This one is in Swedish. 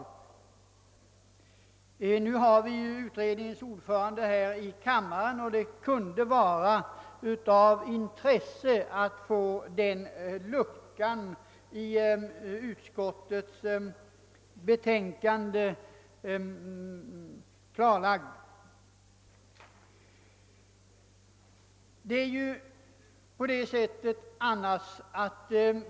När vi nu har utredningens ordförande här i kammaren skulle det därför vara av intresse om han kunde undanröja den bristen i betänkandet.